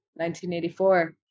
1984